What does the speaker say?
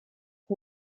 die